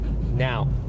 now